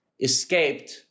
escaped